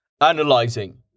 Analyzing